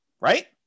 right